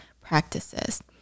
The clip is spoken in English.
practices